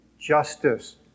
justice